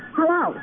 Hello